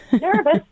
Nervous